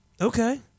Okay